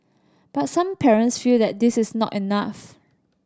but some parents feel that this is not enough